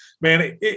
man